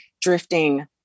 drifting